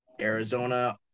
Arizona